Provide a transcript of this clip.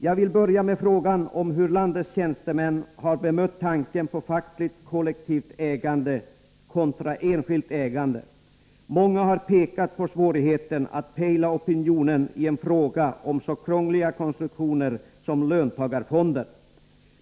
Jag vill börja med frågan om hur landets tjänstemän har bemött tanken på fackligt kollektivt ägande kontra enskilt ägande. Många har pekat på svårigheten att pejla opinionen i en fråga om så krångliga konstruktioner som löntagarfonder.